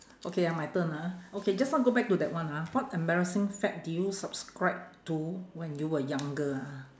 okay ya my turn ah okay just now go back to that one ha what embarrassing fad did you subscribe to when you were younger ah